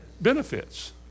benefits